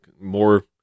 more